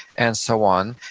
and so on.